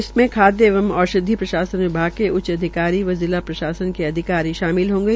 इससे खाद्य एवं औषधी प्रशासन विभाग के उच्च अधिकारी व जिला प्रशास ने के अधिकारी शामिल होंगे